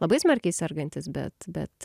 labai smarkiai sergantys bet bet